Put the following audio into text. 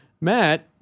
Matt